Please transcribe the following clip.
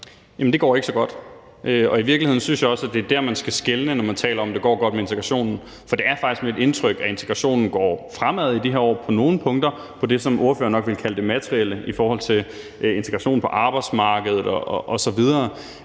(SF): Det går ikke så godt. I virkeligheden synes jeg også, at det er der, man skal skelne, når man taler om, at det går godt med integrationen. For det er faktisk mit indtryk, at integrationen går fremad i de her år på nogle punkter, altså med hensyn til det, som ordføreren nok vil kalde det materielle, f.eks. i forhold til integrationen på arbejdsmarkedet.